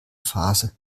phase